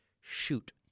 shoot